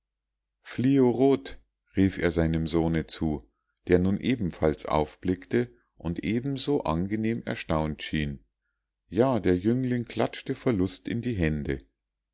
fliorot rief er seinem sohne zu der nun ebenfalls aufblickte und ebenso angenehm erstaunt schien ja der jüngling klatschte vor lust in die hände